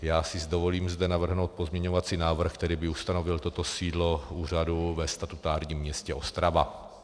Já si zde dovolím navrhnout pozměňovací návrh, který by ustanovil toto sídlo úřadu ve statutárním městě Ostrava.